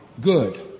good